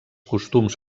costums